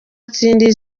atsindiye